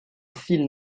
fil